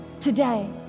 Today